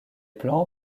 plants